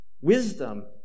Wisdom